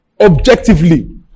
objectively